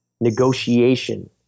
negotiation